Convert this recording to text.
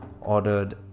ordered